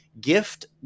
gift